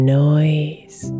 noise